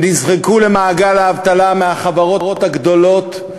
הם נזרקו למעגל האבטלה מהחברות הגדולות,